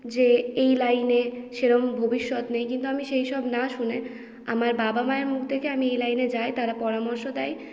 যে এই লাইনে সেরম ভবিষ্যত নেই কিন্তু আমি সেইসব না শুনে আমার বাবা মায়ের মুখ দেখে আমি এই লাইনে যাই তারা পরামর্শ দেয়